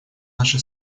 наши